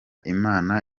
imana